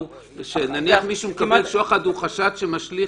נניח מישהו מקבל שוחד הוא חשד שמשליך